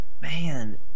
man